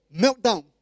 meltdown